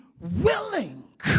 willing